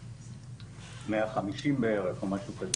150 או משהו כזה.